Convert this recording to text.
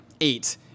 eight